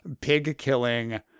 pig-killing